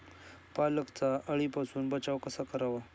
पालकचा अळीपासून बचाव कसा करावा?